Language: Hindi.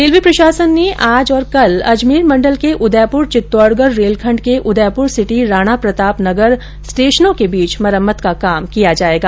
रेलवे प्रशासन द्वारा आज और कल अजमेर मंडल के उदयपुर चित्तोडगढ़ रेलखण्ड के उदयपुर सिटी राणाप्रताप नगर स्टेशनों के बीच मरम्मत का काम किया जायेगा